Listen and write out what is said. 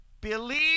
believe